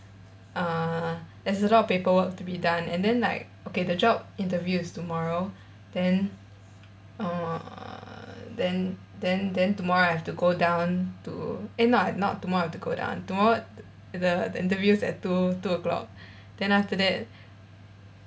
uh there's a lot of paper work to be done and then like okay the job interview is tomorrow then uh then then then tomorrow I have to go down to eh no not tomorrow I have to go down tomorrow the the interview is at two two o'clock then after that